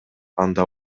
анда